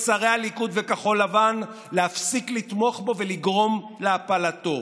שרי הליכוד וכחול לבן להפסיק לתמוך בו ולגרום להפלתו.